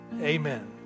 Amen